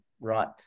right